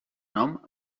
nom